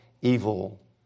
evil